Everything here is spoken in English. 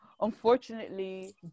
Unfortunately